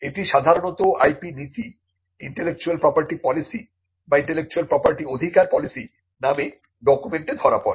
এটি সাধারনত IP নীতি ইন্টেলেকচুয়াল প্রপার্টি পলিসি বা ইন্টেলেকচুয়াল প্রপার্টি অধিকার পলিসি নামে ডকুমেন্টে ধরা পড়ে